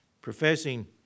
Professing